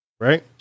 Right